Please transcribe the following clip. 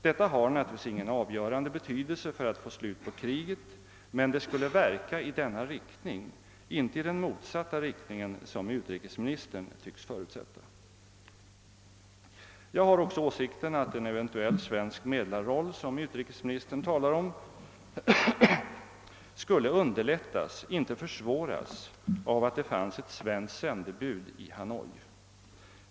Detta har naturligtvis ingen avgörande betydelse för att få slut på kriget, men det skulle verka i denna riktning, inte i den motsatta riktningen, som utrikesministern tycks förutsätta. Jag har också åsikten, att en eventuell svensk medlarroll, som utrikesministern talar om, skulle underlättas — inte försvåras! — av att det fanns ett svenskt sändebud i Hanoi.